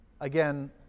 Again